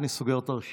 אני סוגר את הרשימה,